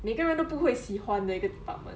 每个人都不会喜欢的一个 department